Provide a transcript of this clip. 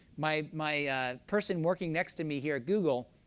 my my person working next to me here at google,